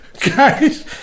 guys